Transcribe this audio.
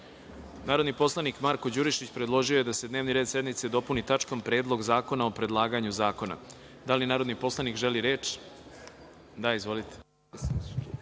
predlog. Narodni poslanik, Marko Đurišić, predložio je da se dnevni red sednice dopuni tačkom – Predlog zakona o predlaganju zakona. Da li narodni poslanik želi reč? (Da)Izvolite.